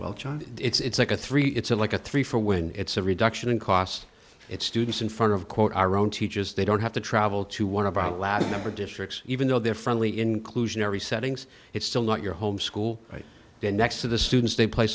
child it's like a three it's a like a three four when it's a reduction in cost it's students in front of quote our own teachers they don't have to travel to one of our last number districts even though they're friendly inclusionary settings it's still not your home school right there next to the students they play